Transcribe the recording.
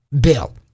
bill